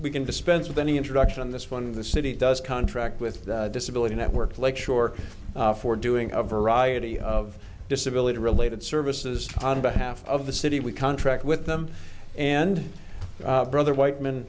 we can dispense with any introduction on this one the city does contract with the disability network lakeshore for doing a variety of disability related services on behalf of the city we contract with them and brother white